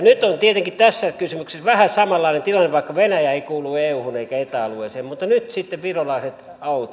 nyt on tietenkin tässä kysymyksessä vähän samanlainen tilanne vaikka venäjä ei kuulu euhun eikä eta alueeseen nyt on sitten virolaiset autot